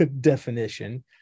definition